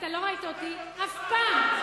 אתה לא ראית אותי אף פעם,